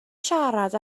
siarad